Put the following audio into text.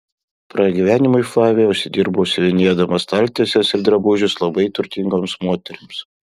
pragyvenimui flavija užsidirbo siuvinėdama staltieses ir drabužius labai turtingoms moterims